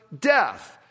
death